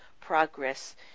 progress